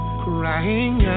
crying